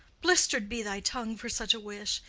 blister'd be thy tongue for such a wish!